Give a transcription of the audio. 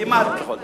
כמעט לכל דבר.